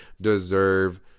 deserve